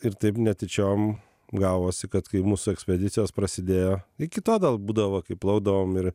ir taip netyčiom gavosi kad kai mūsų ekspedicijos prasidėjo iki to būdavo kai plaukdavom ir